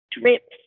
drips